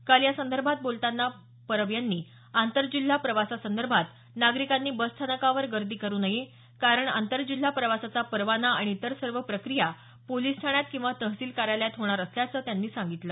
काल यासंदर्भात पत्रकारांशी बोलताना परब यांनी आंतरजिल्हा प्रवासासंदर्भात नागरिकांनी बस स्थानकावर गर्दी करु नये कारण आंतरजिल्हा प्रवासाचा परवाना आणि इतर सवे प्रक्रिया पोलीस ठाण्यात किंवा तहसील कार्यालयात होणार असल्याचं त्यांनी सांगितलं